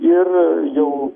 ir jau